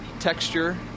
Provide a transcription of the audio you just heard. Texture